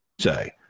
Say